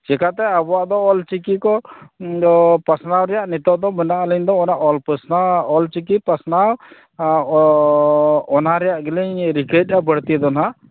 ᱪᱮᱠᱟᱛᱮ ᱟᱵᱚᱣᱟᱜᱫᱚ ᱚᱞᱪᱤᱠᱤ ᱠᱚᱫᱚ ᱯᱟᱥᱱᱟᱣ ᱨᱮᱭᱟᱜ ᱱᱤᱛᱚᱜ ᱫᱚ ᱢᱮᱱᱟᱜᱼᱟ ᱟᱹᱞᱤᱧᱫᱚ ᱚᱱᱟ ᱚᱞ ᱯᱟᱥᱱᱟᱣ ᱚᱞ ᱪᱤᱠᱤ ᱯᱟᱥᱱᱟᱣ ᱚᱱᱟ ᱨᱮᱭᱟᱜ ᱜᱮᱞᱤᱧ ᱨᱤᱠᱟᱹᱭᱮᱫᱼᱟ ᱵᱟᱹᱲᱛᱤ ᱱᱟᱦᱟᱜ